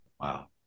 Wow